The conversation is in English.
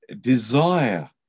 desire